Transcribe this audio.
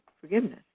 forgiveness